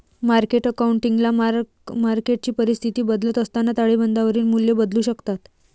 market अकाउंटिंगला mark मार्केटची परिस्थिती बदलत असताना ताळेबंदावरील मूल्ये बदलू शकतात